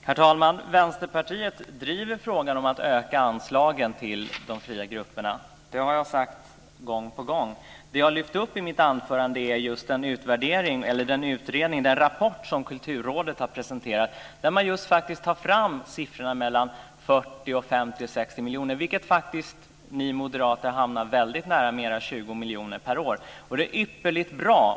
Herr talman! Vänsterpartiet driver frågan om att öka anslagen till de fria grupperna. Det har jag sagt gång på gång. Det jag lyfte fram i mitt anförande var just den rapport som Kulturrådet har presenterat. Där tar man just fram siffror på mellan 40 och 60 miljoner, vilket ni moderater faktiskt hamnar väldigt nära med era 20 miljoner per år. Det är ypperligt bra.